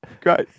Great